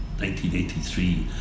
1983